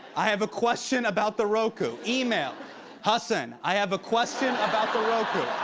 i have a question about the roku. email hasan, i have a question about the roku.